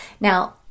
Now